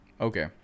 okay